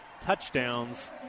touchdowns